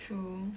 true